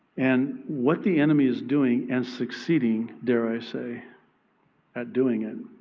and what the enemy is doing and succeeding, dare i say at doing it,